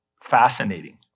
fascinating